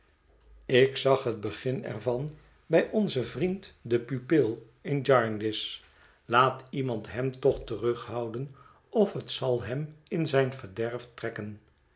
ik zag het begin er van bij onzen vriend den pupil in jarndyce laat iemand hem toch terughouden of het zal hem in zijn verderf trekken